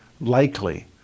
likely